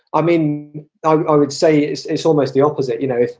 i mean, i would say it's it's almost the opposite. you know,